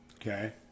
okay